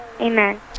Amen